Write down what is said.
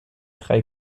drei